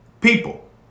people